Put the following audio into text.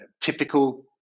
typical